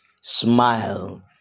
smile